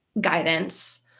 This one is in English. guidance